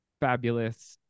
fabulous